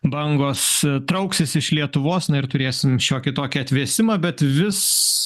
bangos trauksis iš lietuvos na ir turėsim šiokį tokį atvėsimą bet vis